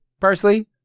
Parsley